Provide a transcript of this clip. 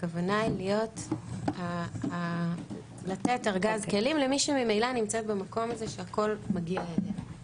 הכוונה היא לתת ארגז כלים למי שממילא נמצאת במקום הזה שהכול מגיע אליה.